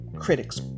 Critics